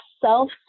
self